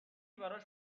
براش